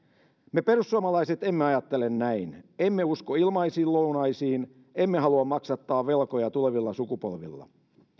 me perussuomalaiset emme ajattele näin emme usko ilmaisiin lounaisiin emmekä halua maksattaa velkoja tulevilla sukupolvilla